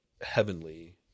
heavenly